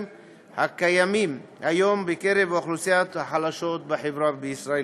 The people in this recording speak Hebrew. הקיימים היום בקרב האוכלוסיות החלשות בחברה בישראל.